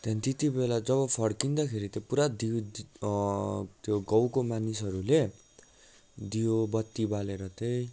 त्यहाँदेखि त्यतिबेला जब फर्किँदाखेरि चाहिँ पुरा त्यो गाउँको मानिसहरूले दियो बत्ति बालेर चाहिँ